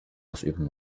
ausüben